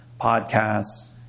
podcasts